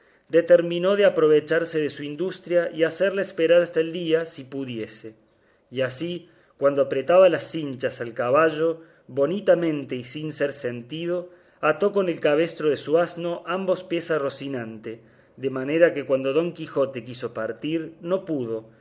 determinó de aprovecharse de su industria y hacerle esperar hasta el día si pudiese y así cuando apretaba las cinchas al caballo bonitamente y sin ser sentido ató con el cabestro de su asno ambos pies a rocinante de manera que cuando don quijote se quiso partir no pudo